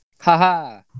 Haha